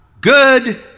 Good